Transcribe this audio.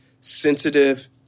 sensitive